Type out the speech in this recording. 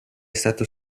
stato